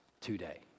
today